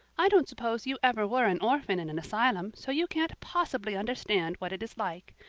i don't suppose you ever were an orphan in an asylum, so you can't possibly understand what it is like.